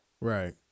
Right